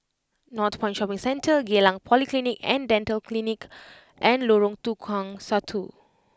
Northpoint Shopping Centre Geylang Polyclinic and Dental Clinic and Lorong Tukang Satu